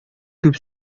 күп